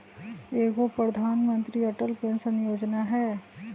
एगो प्रधानमंत्री अटल पेंसन योजना है?